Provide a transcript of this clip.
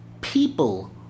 people